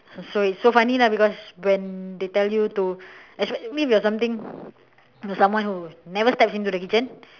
so it's so funny lah because when they tell you to especially I mean when you are something someone who never steps into the kitchen